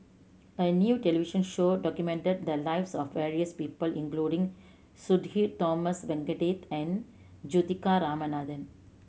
a new television show documented the lives of various people including Sudhir Thomas Vadaketh and Juthika Ramanathan